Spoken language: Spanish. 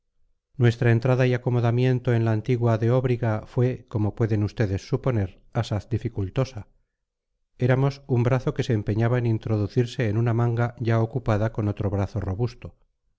nuestra entrada y acomodamiento en la antigua deóbriga fue como pueden ustedes suponer asaz dificultosa éramos un brazo que se empeñaba en introducirse en una manga ya ocupada con otro brazo robusto